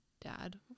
dad